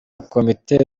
komite